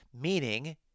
meaning